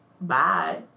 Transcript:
Bye